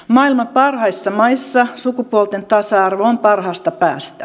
maailman parhaissa maissa sukupuolten tasa arvo on parhaasta päästä